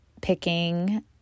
picking